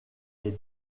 est